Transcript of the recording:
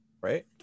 right